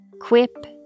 Quip